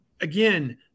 again